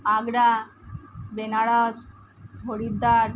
Agra Benaras Haridwar